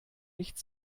nicht